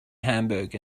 hamburg